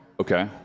Okay